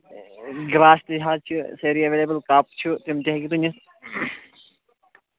glass تہِ حظ چھِ سٲری ایویلیبٕل کَپ چھُ تِم تہِ ہیٚکِو تُہۍ نِتھ